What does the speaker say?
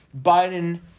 Biden